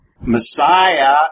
Messiah